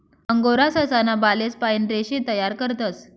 angora ससा ना बालेस पाइन रेशे तयार करतस